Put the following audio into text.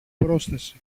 πρόσθεσε